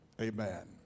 amen